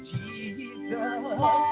Jesus